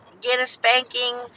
get-a-spanking